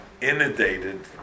inundated